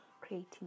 creating